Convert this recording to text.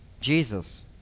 Jesus